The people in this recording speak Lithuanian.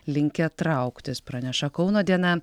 linkę trauktis praneša kauno diena